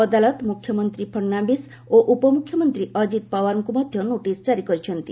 ଅଦାଲତ ମୁଖ୍ୟମନ୍ତ୍ରୀ ଫଡନାବିସ୍ ଓ ଉପମୁଖ୍ୟମନ୍ତ୍ରୀ ଅଜିତ୍ ପାୱାରଙ୍କ ମଧ୍ୟ ନୋଟିସ ଜାରି କରିଛନ୍ତି